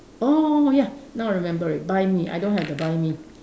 oh ya now I remember already buy me I don't have the buy me